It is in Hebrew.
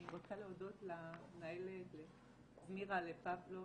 אני רוצה להודות לזמירה, לפבלו